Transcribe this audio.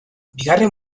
bigarren